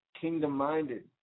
kingdom-minded